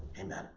Amen